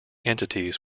entities